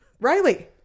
Riley